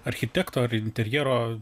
architekto ar interjero